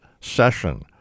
Session